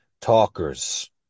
talkers